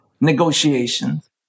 negotiations